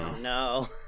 no